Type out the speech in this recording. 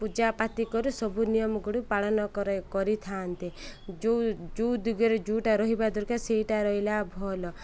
ପୂଜାପାତି କରି ସବୁ ନିୟମ ଗୁଡ଼ି ପାଳନ କରେ କରିଥାନ୍ତି ଯେଉଁ ଯେଉଁ ଦିଗରେ ଯେଉଁଟା ରହିବା ଦରକାର ସେଇଟା ରହିଲା ଭଲ